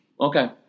Okay